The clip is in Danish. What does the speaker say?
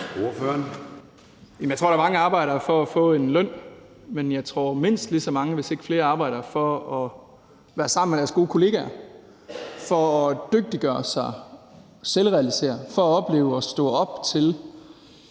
Jeg tror, der er mange, der arbejder for at få en løn, men jeg tror også, at mindst lige så mange, hvis ikke flere, arbejder for at være sammen med deres gode kollegaer, for at dygtiggøre sig, selvrealisere, for at opleve at stå op til